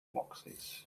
boxes